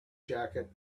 jacket